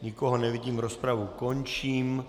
Nikoho nevidím, rozpravu končím.